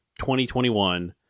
2021